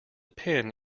pin